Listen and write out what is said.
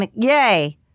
Yay